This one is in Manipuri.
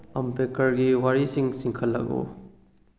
ꯑꯝꯕꯦꯗꯀꯔꯒꯤ ꯋꯥꯔꯤꯁꯤꯡ ꯆꯤꯡꯈꯠꯂꯛꯎ